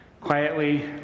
quietly